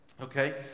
Okay